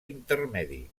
intermedi